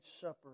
supper